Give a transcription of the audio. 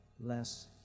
less